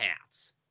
hats